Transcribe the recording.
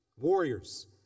warriors